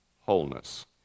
wholeness